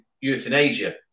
euthanasia